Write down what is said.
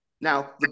Now